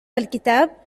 الكتاب